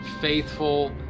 faithful